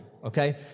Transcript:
Okay